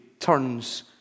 turns